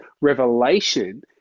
revelation